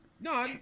No